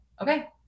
Okay